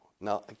Now